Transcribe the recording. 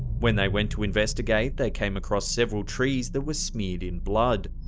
when they went to investigate, they came across several trees that were smeared in blood.